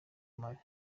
marley